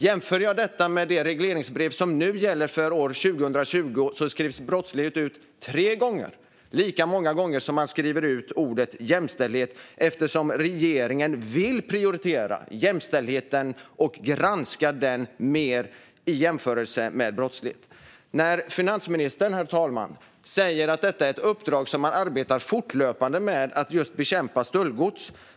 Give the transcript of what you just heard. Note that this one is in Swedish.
Jämför det med det regleringsbrev som gäller för år 2020, där brottslighet skrivs ut tre gånger, lika många gånger som ordet jämställdhet, eftersom regeringen vill prioritera jämställdheten och granska den mer i jämförelse med brottslighet. Herr talman! Finansministern säger att det är ett uppdrag som man arbetar fortlöpande med att bekämpa stöldgods.